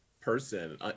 person